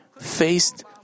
faced